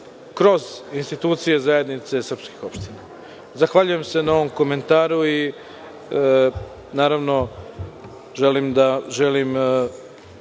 kroz institucije zajednice srpskih opština. Zahvaljujem se na ovom komentaru i želim da obećam